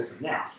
Now